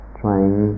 trying